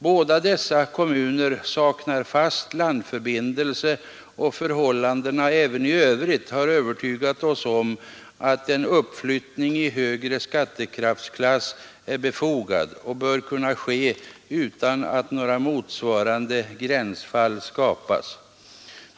Båda dessa kommuner saknar fast landförbindelse och förhållandena även i övrigt har övertygat oss om att en uppflyttning i högre skattekraftsklass är befogad och bör kunna ske utan att några motsvarande gränsfall skapas.